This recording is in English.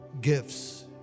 gifts